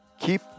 Keep